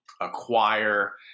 acquire